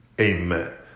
amen